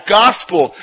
gospel